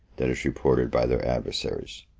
that is reported by their adversaries.